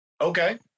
Okay